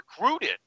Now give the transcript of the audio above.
recruited